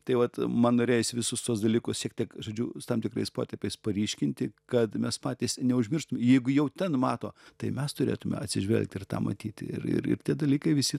tai vat man norėjosi visus tuos dalykus šiek tiek žodžiu su tam tikrais potėpiais paryškinti kad mes patys neužmirštum jeigu jau ten mato tai mes turėtume atsižvelgti ir tą matyti ir ir ir tie dalykai visi